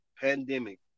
pandemic